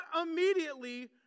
immediately